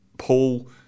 paul